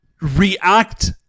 react